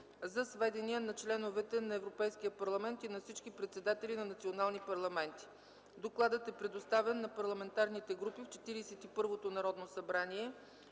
за сведение на членовете на Европейския парламент и на всички председатели на национални парламенти. Докладът е предоставен на парламентарните групи в 41-то Народно събрание